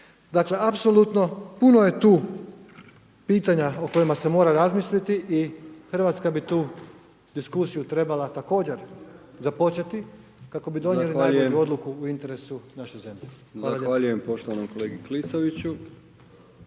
Dakle, apsolutno puno je tu pitanja o kojima se mora razmisliti i Hrvatska bi tu diskusiju trebala također započeti kako bi donijeli …/Upadica: Zahvaljujem./… najbolju odluku u interesu naše zemlje.